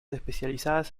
especializadas